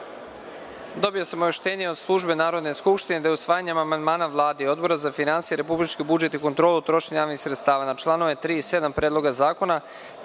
dobio sam obaveštenje od službe Narodne skupštine da je, usvajanjem amandmana Vlade i Odbora za finansije, republički budžet i kontrolu trošenja javnih sredstava na članove 3. i 7. Predloga zakona,